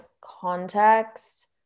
context